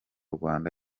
rwanda